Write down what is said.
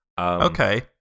Okay